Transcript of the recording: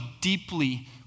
deeply